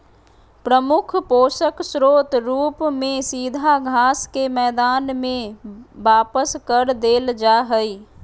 प्रमुख पोषक स्रोत रूप में सीधा घास के मैदान में वापस कर देल जा हइ